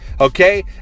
okay